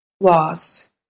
lost